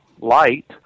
light